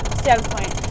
standpoint